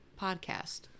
podcast